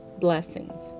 blessings